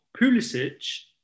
Pulisic